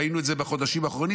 ראינו את זה בחודשים האחרונים,